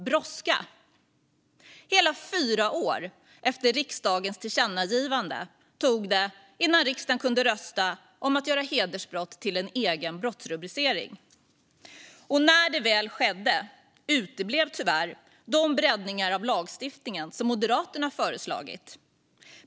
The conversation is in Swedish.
Det tog hela fyra år, efter riksdagens tillkännagivande, innan riksdagen kunde rösta om att göra hedersbrott till en egen brottsrubricering. Och när det väl skedde uteblev tyvärr de breddningar av lagstiftningen som Moderaterna föreslagit.